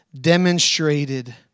demonstrated